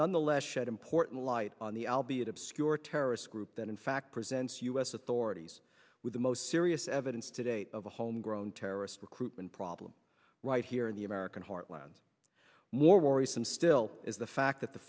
nonetheless showed important light on the al be it obscure terrorist group that in fact presents u s authorities with the most serious evidence today of a homegrown terrorist recruitment problem right here in the american heartland more worrisome still is the fact that the